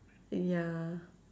ya